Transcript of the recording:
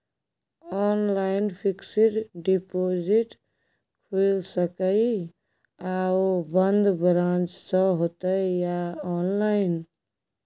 Online fixed deposit खुईल सके इ आ ओ बन्द ब्रांच स होतै या ऑनलाइन?